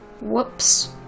Whoops